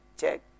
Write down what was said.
check